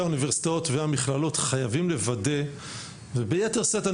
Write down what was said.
האוניברסיטאות והמכללות חייבים לוודא וביתר שאת,